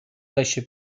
lesie